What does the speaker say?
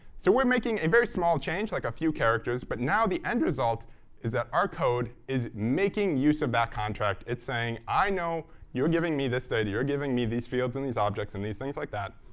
so we're making a very small change like, a few characters. but now the end result is that our code is making use of that contract. it's saying, i know you're giving me this data, you're giving me these fields and these objects and these things like that.